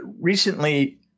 recently